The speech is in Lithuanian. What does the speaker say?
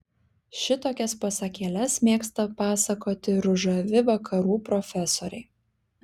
šitokias pasakėles mėgsta pasakoti ružavi vakarų profesoriai